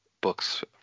books